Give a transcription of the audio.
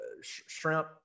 shrimp